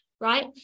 right